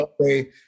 okay